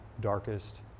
darkest